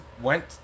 went